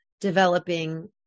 developing